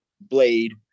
blade